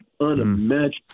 unimaginable